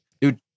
dude